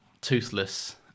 Toothless